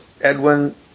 Edwin